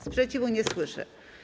Sprzeciwu nie słyszę.